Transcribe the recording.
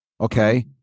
Okay